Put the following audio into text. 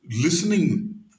listening